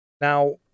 now